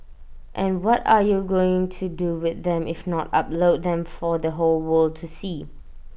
and what are you going to do with them if not upload them for the whole world to see